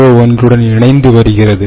ஏதோ ஒன்றுடன் இணைந்து வருகிறது